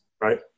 Right